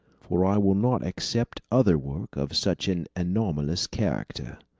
for i will not accept other work of such an anomalous character.